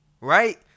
right